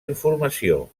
informació